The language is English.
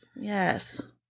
Yes